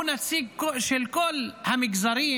הוא נציג של כל המגזרים,